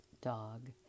dog